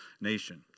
nation